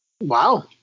Wow